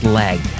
leg